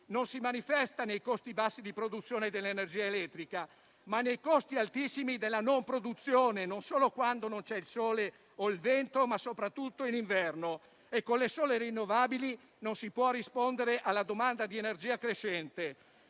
non si manifesta nei costi bassi di produzione dell'energia elettrica, ma nei costi altissimi della non produzione, non solo quando non c'è il sole o il vento, ma soprattutto in inverno e con le sole rinnovabili non si può rispondere alla domanda di energia crescente.